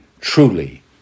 truly